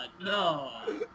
no